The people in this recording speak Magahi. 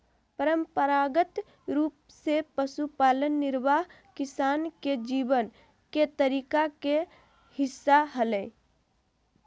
परंपरागत रूप से पशुपालन निर्वाह किसान के जीवन के तरीका के हिस्सा हलय